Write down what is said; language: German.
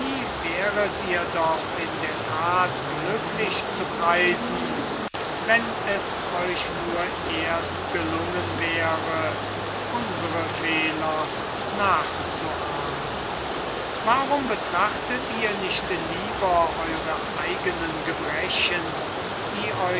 wäret ihr doch in der that glücklich zu preisen wenn es euch nur erst gelungen wäre unsere fehler nachzuahmen warum betrachtet ihr nicht lieber eure eigenen gebrechen die